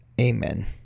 Amen